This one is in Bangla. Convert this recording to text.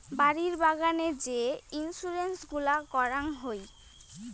বাড়ি বাগানের যে ইন্সুরেন্স গুলা করাং হই